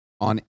on